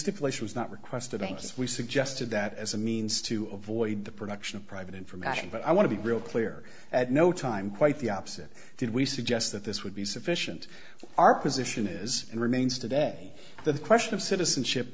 stipulation was not requested i guess we suggested that as a means to avoid the production of private information but i want to be real clear at no time quite the opposite did we suggest that this would be sufficient for our position is and remains today the question of citizenship